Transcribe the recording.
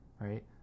right